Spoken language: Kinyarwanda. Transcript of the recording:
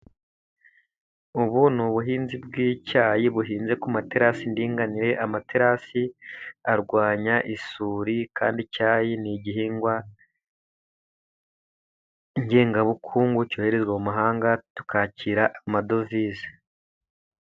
Ubu ni ubuhinzi bw'icyayi buhinze ku materasi y'indinganire, amaterasi arwanya isuri, kandi icyayi ni igihingwa ngengabukungu cyoherezwa mu mahanga, tukakira amadovize.